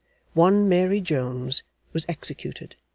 one mary jones was executed,